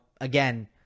again